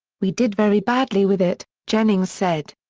we did very badly with it, jennings said.